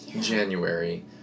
January